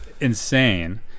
insane